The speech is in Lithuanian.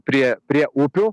prie prie upių